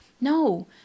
No